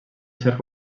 ser